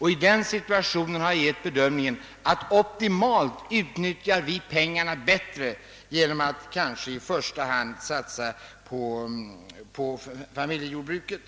att ställas, anser jag att vi för att åstadkomma ett optimalt utnyttjande av pengarna i första hand bör satsa på familjejordbruk.